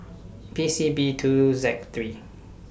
P C B two Z three